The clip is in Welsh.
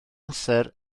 amser